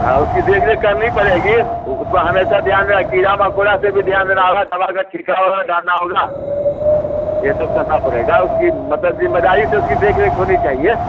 हाँ उसकी देख रेख करनी पड़ेगी वह उसमें हमेशा ध्यान रहे कीड़ा मकोड़ा से भी ध्यान राहा दवा का छिड़काव वगैरह डालना होगा यह सब करना पड़ेगा उसकी मतलब ज़िम्मेदारी से उसकी देख रेख होनी चाहिए